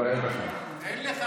לא, אין לך.